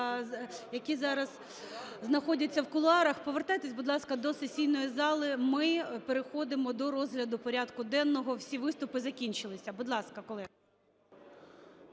які зараз знаходяться в кулуарах. Повертайтесь, будь ласка, до сесійної зали. Ми переходимо до розгляду порядку денного, всі виступи закінчилися. Будь ласка, колеги.